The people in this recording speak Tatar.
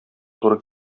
туры